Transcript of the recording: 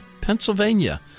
Pennsylvania